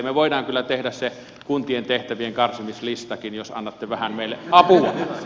me voimme kyllä tehdä sen kuntien tehtävien karsimislistankin jos annatte vähän meille apua